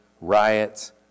riots